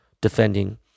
defending